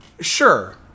Sure